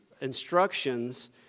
instructions